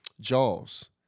Jaws